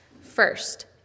First